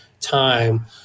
time